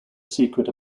secret